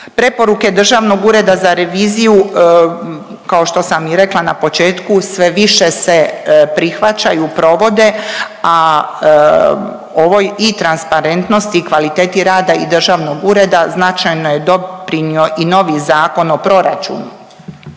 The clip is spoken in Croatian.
Preporuke Državnog ureda za reviziju kao što sam i rekla na početku sve više se prihvaćaju, provode a ovoj transparentnosti i kvaliteti rada i državnog ureda značajno je doprinio i novi Zakon o proračunu